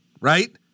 right